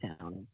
town